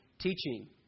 Teaching